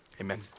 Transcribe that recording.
Amen